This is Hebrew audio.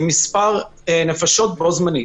עם מספר מועט של נפשות בו-זמנית.